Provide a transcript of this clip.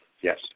Yes